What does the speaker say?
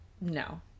no